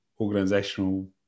organizational